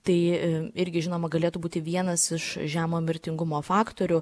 tai irgi žinoma galėtų būti vienas iš žemo mirtingumo faktorių